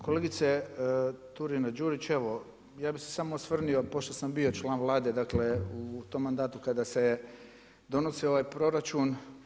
Kolegice Turina-Đurić, evo, ja bi se samo osvrnuo, pošto sam bio član Vlade, dakle, u tom mandatu kada se donosio ovaj proračun.